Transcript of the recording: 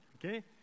Okay